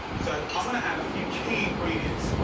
so i'm gonna add a few key ingredients.